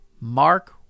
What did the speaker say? mark